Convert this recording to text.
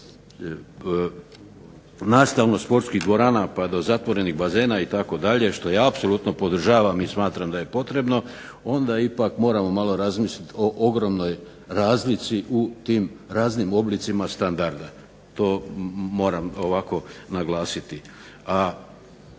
nastavno-sportskih dvorana pa do zatvorenih bazena itd., što ja apsolutno podržavam i smatram da je potrebno, onda ipak moramo malo razmisliti o ogromnoj razlici u tim raznim oblicima standarda. To moram ovako naglasiti.